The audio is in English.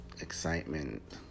excitement